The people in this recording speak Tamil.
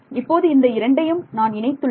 இப்போது இந்த இரண்டையும் நான் இணைத்துள்ளேன்